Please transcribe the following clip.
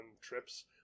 trips